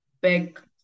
big